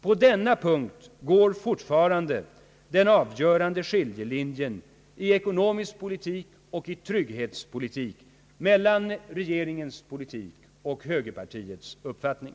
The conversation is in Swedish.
På denna punkt går fortfarande en avgörande skiljelinje — i ekonomisk politik och i trygghetspolitik — mellan regeringens och högerpartiets uppfattning.